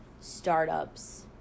startups